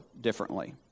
differently